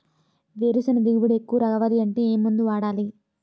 వేరుసెనగ దిగుబడి ఎక్కువ రావాలి అంటే ఏ మందు వాడాలి?